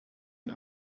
and